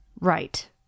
Right